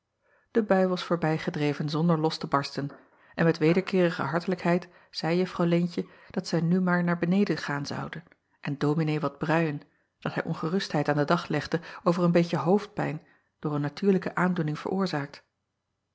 e bui was voorbijgedreven zonder los te barsten en met wederkeerige hartelijkheid zeî uffw eentje dat zij nu maar naar beneden gaan zouden en ominee wat bruien dat hij ongerustheid aan den dag legde over een beetje hoofdpijn door een natuurlijke aandoening veroorzaakt